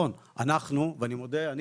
נכון, אנחנו ואני מודה אני